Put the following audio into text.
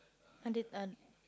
undead aunt